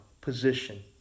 position